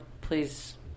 please